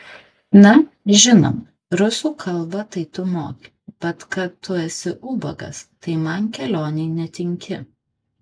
na žinoma rusų kalbą tai tu moki bet kad tu esi ubagas tai man kelionei netinki